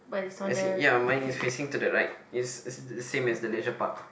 as in ya mine is facing to the right is s~ same as the leisure park